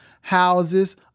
houses